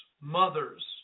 mothers